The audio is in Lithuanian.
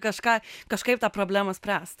kažką kažkaip tą problemą spręst